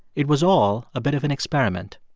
it was all a bit of an experiment,